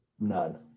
None